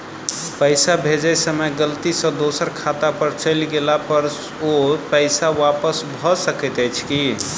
पैसा भेजय समय गलती सँ दोसर खाता पर चलि गेला पर ओ पैसा वापस भऽ सकैत अछि की?